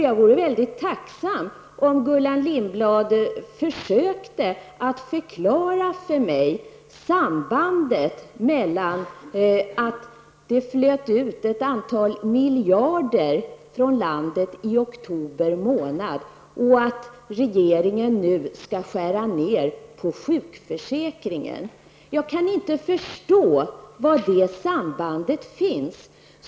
Jag vore oerhört tacksam om Gullan Lindblad försökte förklara för mig sambandet mellan att det flöt ut ett antal miljarder från Sverige i oktober månad och att regeringen nu skall skära ner på sjukförsäkringen. Jag kan inte förstå var det sambandet finns.